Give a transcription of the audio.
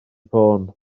ffôn